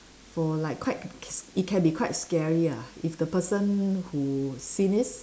for like quite s~ it can be quite scary ah if the person who seen it